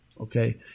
Okay